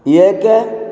ଏକ